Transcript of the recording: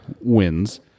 wins